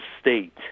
state